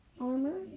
armor